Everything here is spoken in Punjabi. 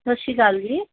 ਸਤਿ ਸ਼੍ਰੀ ਅਕਾਲ ਜੀ